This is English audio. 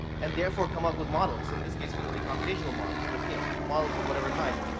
and therefore come up with models, in this case, visibly computational models. but you know models of whatever kind,